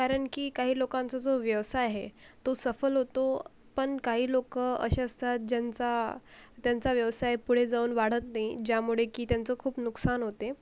कारण की काही लोकांचा जो व्यवसाय आहे तो सफल होतो पण काही लोक असे असतात ज्यांचा त्यांचा व्यवसाय पुढे जाऊन वाढत नाही ज्यामुळे की त्यांचं खूप नुकसान होते